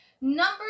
number